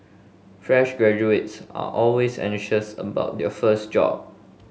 fresh graduates are always anxious about their first job